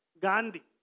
Gandhi